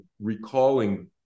recalling